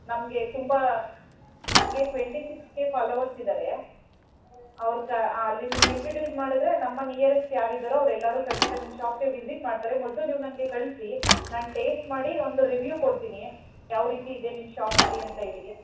ನಮಗೆ ತುಂಬ ನನಗೆ ಟ್ವೆಂಟಿ ಸಿಕ್ಸ್ ಕೆ ಫಾಲೋವರ್ಸ್ ಇದ್ದಾರೆ ಅವ್ರು ಕಾ ಅಲ್ಲಿ ನಿಮ್ಗೆ ಇಂಟ್ರಡ್ಯೂಸ್ ಮಾಡಿದರೆ ನಮ್ಮ ನಿಯರೆಸ್ಟ್ ಯಾರಿದ್ದಾರೋ ಅವ್ರೆಲ್ಲರೂ ಖಂಡಿತಾ ನಿಮ್ಮ ಶಾಪಿಗೆ ವಿಸಿಟ್ ಮಾಡ್ತಾರೆ ಮೊದಲು ನೀವು ನನಗೆ ಕಳಿಸಿ ನಾನು ಟೇಸ್ಟ್ ಮಾಡಿ ಒಂದು ರಿವ್ಯೂ ಕೊಡ್ತೀನಿ ಯಾವ ರೀತಿ ಇದೆ ನಿಮ್ಮ ಶಾಪಲ್ಲಿ ಅಂತ ಹೇಳಿ